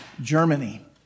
Germany